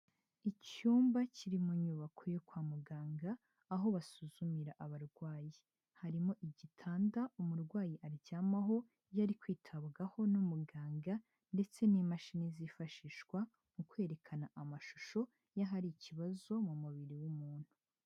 Icyumba kiri mu nyubako yo kwa muganga, aho basuzumira abarwayi. Harimo igitanda umurwayi aryamaho iyo ari kwitabwaho n'umuganga ndetse n'imashini zifashishwa mu kwerekana amashusho y'ahari ikibazo mu mubiri w'umuntu.